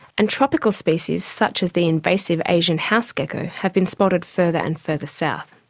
and tropical species such as the invasive asian house gecko have been spotted further and further south.